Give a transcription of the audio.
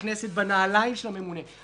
ניכנס לזה כמובן בפרטים של הצעת החוק,